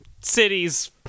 Cities